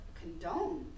condone